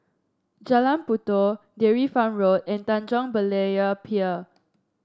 Jalan Puyoh Dairy Farm Road and Tanjong Berlayer Pier